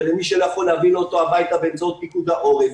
ולמי שלא יכול להביא אותו לביתו באמצעות פיקוד העורף.